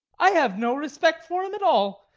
i have no respect for him at all.